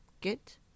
get